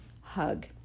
hug